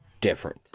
different